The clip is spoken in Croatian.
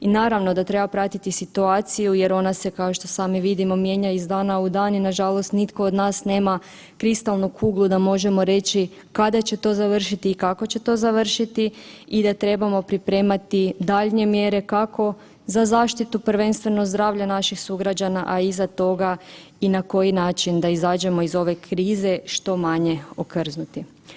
I naravno da treba pratiti situaciju jer ona se kao što sami vidimo mijenja iz dana u dan i nažalost nitko od nas nema kristalnu kuglu da možemo reći kada će to završiti i kako će to završiti i da trebamo pripremati daljnje mjere kako za zaštitu prvenstveno zdravlja naših sugrađana, a iza toga i na koji način da izađemo iz ove krize što manje okrznuti.